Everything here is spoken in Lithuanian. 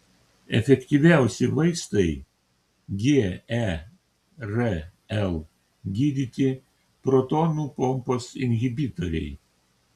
efektyviausi vaistai gerl gydyti protonų pompos inhibitoriai